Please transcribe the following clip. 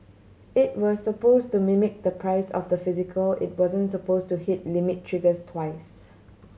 it was supposed to mimic the price of the physical it wasn't supposed to hit limit triggers twice